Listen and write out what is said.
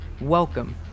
welcome